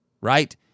right